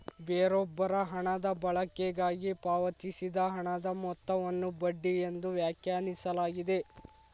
ಬೇರೊಬ್ಬರ ಹಣದ ಬಳಕೆಗಾಗಿ ಪಾವತಿಸಿದ ಹಣದ ಮೊತ್ತವನ್ನು ಬಡ್ಡಿ ಎಂದು ವ್ಯಾಖ್ಯಾನಿಸಲಾಗಿದೆ